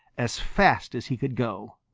as fast as he could go.